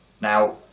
Now